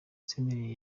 senderi